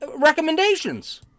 recommendations